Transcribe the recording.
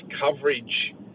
coverage